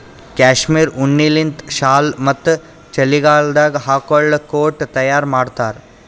cashmere ಉಣ್ಣಿಲಿಂತ್ ಶಾಲ್ ಮತ್ತ್ ಚಳಿಗಾಲದಾಗ್ ಹಾಕೊಳ್ಳ ಕೋಟ್ ತಯಾರ್ ಮಾಡ್ತಾರ್